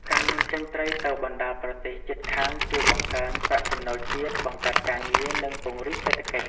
ការនាំចេញត្រីទៅបណ្ដាលប្រទេសជិតខាងជួយបង្កើនប្រាក់ចំណូលជាតិ បង្កើតការងារ និង ពង្រីកសេដ្ឋកិច្ច។